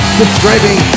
subscribing